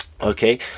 okay